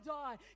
die